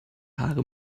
haare